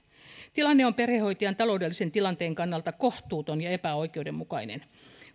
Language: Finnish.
tilanne on perhehoitajan taloudellisen tilanteen kannalta kohtuuton ja epäoikeudenmukainen